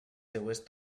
seues